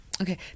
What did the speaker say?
Okay